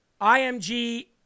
IMG